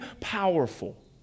powerful